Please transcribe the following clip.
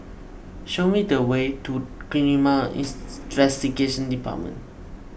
show me the way to Department